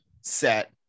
set